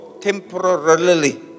temporarily